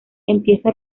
empieza